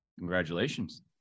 Congratulations